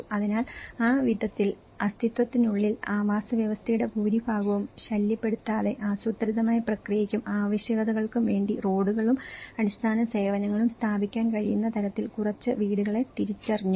അതിനാൽ ആ വിധത്തിൽ അസ്തിത്വത്തിനുള്ളിൽ ആവാസവ്യവസ്ഥയുടെ ഭൂരിഭാഗവും ശല്യപ്പെടുത്താതെ ആസൂത്രിതമായ പ്രക്രിയയ്ക്കും ആവശ്യകതകൾക്കും വേണ്ടി റോഡുകളും അടിസ്ഥാന സേവനങ്ങളും സ്ഥാപിക്കാൻ കഴിയുന്ന തരത്തിൽ കുറച്ച് വീടുകളെ തിരിച്ചറിഞ്ഞു